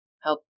help